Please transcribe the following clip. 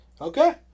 Okay